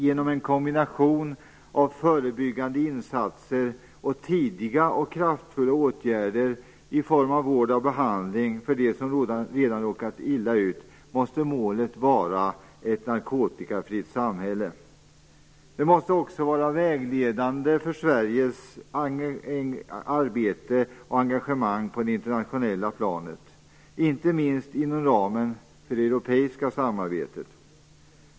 Genom en kombination av förebyggande insatser och tidiga och kraftfulla åtgärder i form av vård och behandling för dem som redan råkat illa ut måste målet vara ett narkotikafritt samhälle. Detta måste också vara vägledande för Sveriges arbete och engagemang på det internationella planet, inte minst inom ramen för det europeiska samarbetet.